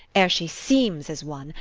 ere she seems as won,